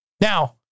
Now